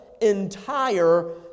entire